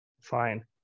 Fine